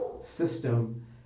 system